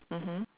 mmhmm